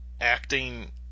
acting